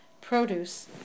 produce